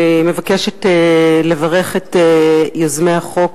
אני מבקשת לברך את יוזמי החוק,